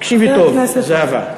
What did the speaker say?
תקשיבי טוב, חבר כנסת, זהבה.